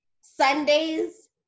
Sundays